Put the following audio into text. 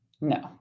no